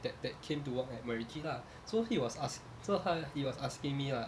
that that came to walk at macritchie lah so he was ask so he was asking me lah